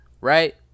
right